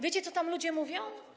Wiecie, co tam ludzie mówią?